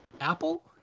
apple